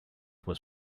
was